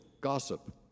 gossip